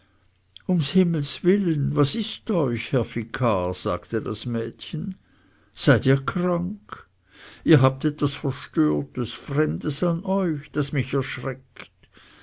um himmels willen was ist euch herr vikar sagte das mädchen seid ihr krank ihr habt etwas verstörtes fremdes an euch das mich erschreckt